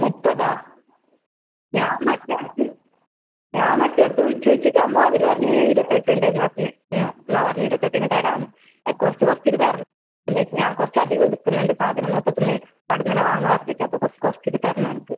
മുപ്പതാണോ ഞാൻ മറ്റവിടത്ത് ഞാൻ മറ്റവിടത്ത് വിളിച്ച് ചോദിച്ചിട്ടാമ്പം അവർ പറഞ്ഞു ഇരുപത്തെട്ടുണ്ടെന്ന് പറഞ്ഞു എന്നാൽ പറഞ്ഞ ഇരുപത്തെട്ടിന് തരാമെന്ന് കുറച്ച് കുറച്ചിട്ട് തരണം എന്താ വച്ചാൽ ഞാൻ കുറച്ചധികം എടുക്കുന്നുണ്ട് സാധനം മൊത്തത്തിൽ നിന്ന് അവിടെ നിന്നുതന്നെ വാങ്ങാൻ പറഞ്ഞിട്ട് അപ്പോൾ കുറച്ച് കുറച്ചിട്ട് തരണം എനിക്ക്